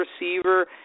receiver